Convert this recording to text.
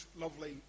lovely